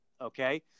okay